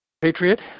Patriot